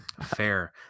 Fair